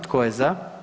Tko je za?